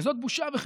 וזאת בושה וחרפה.